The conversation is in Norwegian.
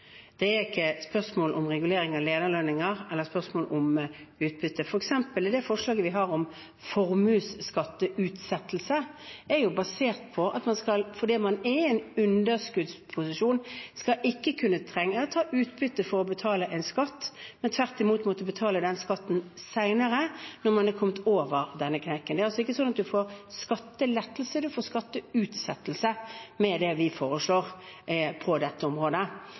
Det er ikke et spørsmål om regulering av lederlønninger eller utbytte. Ta f.eks. det forslaget vi har om utsettelse av formuesskatt: Det er basert på at man i en underskuddssituasjon ikke skal trenge å ta ut utbytte for å betale en skatt, men tvert imot må betale den skatten senere, når man har kommet over denne kneika. Man får altså ikke skattelettelse; man får skatteutsettelse med det vi foreslår på dette området.